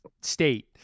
state